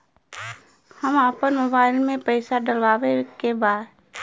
हम आपन मोबाइल में पैसा डलवावे के बा?